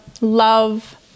love